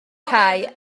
cae